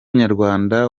nyarwanda